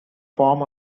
form